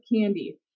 candy